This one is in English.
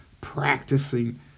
Practicing